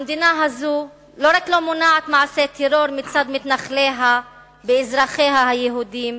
המדינה הזאת לא רק לא מונעת מעשי טרור מצד מתנחליה ואזרחיה היהודים,